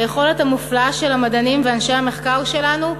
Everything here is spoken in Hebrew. היכולת המופלאה של המדענים ושל אנשי המחקר שלנו,